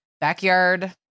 backyard